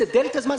דלתא זמן,